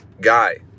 guy